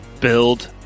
build